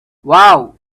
wow